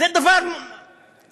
זה דבר מופרע